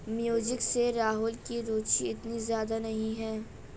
music में राहुल की रुचि इतनी ज्यादा नहीं है